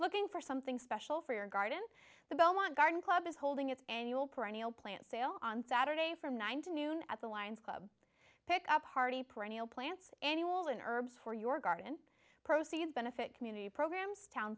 looking for something special for your garden the belmont garden club is holding its annual perennial plant sale on saturday from one thousand noon at the lions club pick up party perennial plants any will and herbs for your garden proceeds benefit community programs town